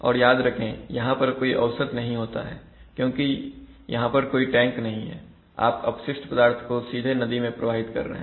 और याद रखें यहां पर कोई औसत नहीं होता है क्योंकि यहां पर कोई टैंक नहीं है आप अपशिष्ट को सीधे नदी में प्रवाहित कर रहे हैं